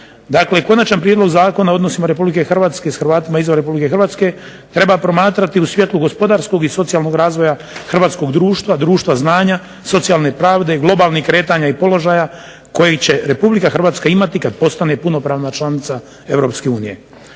konačan prijedlog Zakona o odnosima RH s Hrvatima izvan RH treba promatrati u svjetlu gospodarskog i socijalnog razvoja hrvatskog društva, društva znanja, socijalne pravde, globalnih kretanja i položaja koji će RH imati kad postane punopravna članica EU.